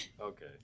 Okay